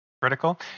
critical